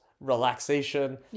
relaxation